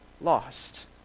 lost